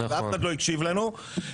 ואף אחד לא הקשיב לנו,